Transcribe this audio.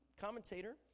commentator